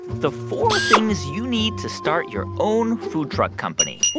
the four things you need to start your own food truck company.